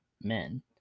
men